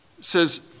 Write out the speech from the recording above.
says